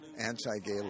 anti-gay